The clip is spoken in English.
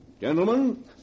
Gentlemen